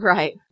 Right